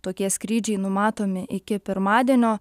tokie skrydžiai numatomi iki pirmadienio